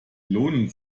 lohnen